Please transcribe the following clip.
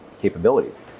capabilities